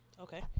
Okay